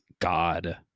God